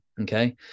Okay